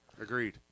Agreed